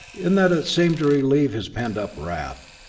in that it seemed to relieve his pent-up wrath.